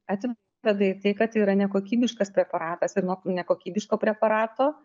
atveda į tai kad tai yra nekokybiškas preparatas ir nuo nekokybiško preparato